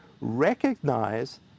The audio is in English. recognize